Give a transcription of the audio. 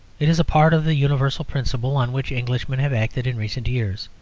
it is a part of the universal principle on which englishmen have acted in recent years.